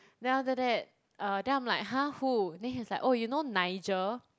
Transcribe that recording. then after that err then I'm like !huh! who then he was like oh you know Nigel